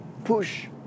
push